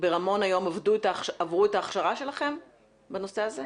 ברמון היום עברו את ההכשרה שלכם בנושא הזה?